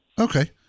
Okay